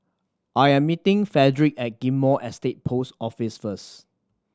I am meeting Fredrick at Ghim Moh Estate Post Office first